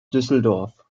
düsseldorf